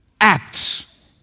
acts